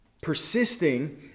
persisting